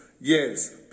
yes